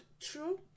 true